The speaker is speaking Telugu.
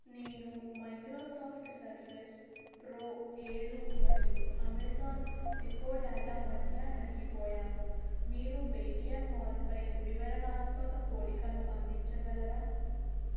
నేను మైక్రోసాఫ్ట్ సర్ఫేస్ ప్రో ఏడు మరియు అమెజాన్ ఎకో డాట్ మధ్య నలిగిపోయాను మీరు పేటీఎం మాల్పై వివరణాత్మక పోలికను అందించగలరా